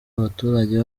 abaturage